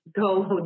go